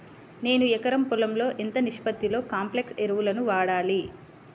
నేను ఎకరం పొలంలో ఎంత నిష్పత్తిలో కాంప్లెక్స్ ఎరువులను వాడాలి?